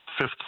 fifth